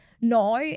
now